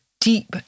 Deep